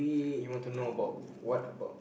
you want to know about what about